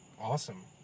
Awesome